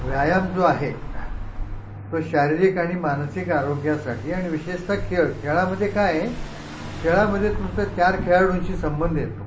व्यायाम जो आहे तो शारीरिक आणि मानसिक आरोग्यासाठी आणि विशेषता खेळ खेळामदे काय खेळामधे तुमचं चार खेळाडूंशी संबंध येतो